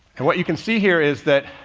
and what you can see here is that